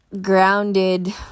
grounded